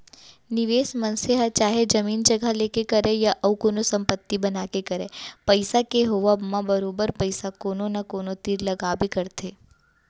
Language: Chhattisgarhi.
निवेस मनसे ह चाहे जमीन जघा लेके करय या अउ कोनो संपत्ति बना के करय पइसा के होवब म बरोबर पइसा कोनो न कोनो तीर लगाबे करथे